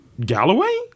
Galloway